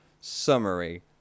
summary